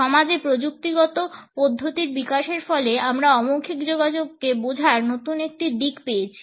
সমাজে প্রযুক্তিগত পদ্ধতির বিকাশের ফলে আমরা অমৌখিক যোগাযোগকে বোঝার নতুন একটি দিক পেয়েছি